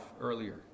earlier